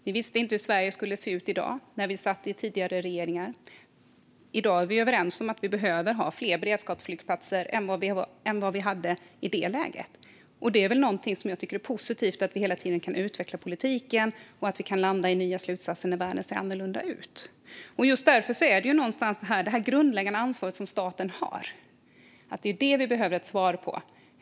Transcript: Vi visste inte hur Sverige skulle se ut i dag när vi satt i tidigare regeringar. I dag är vi överens om att vi behöver ha fler beredskapsflygplatser än vi hade i det läget, och jag tycker att det är positivt att vi hela tiden kan utveckla politiken och landa i nya slutsatser när världen ser annorlunda ut. Just därför är det frågan om vilket grundläggande ansvar staten har som vi behöver ett svar på.